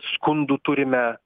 skundų turime